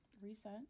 reset